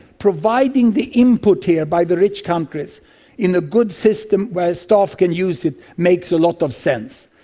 providing the input here by the rich countries in a good system where staff can use it makes a lot of sense.